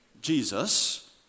Jesus